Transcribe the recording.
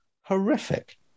Horrific